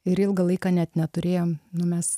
ir ilgą laiką net neturėjom nu mes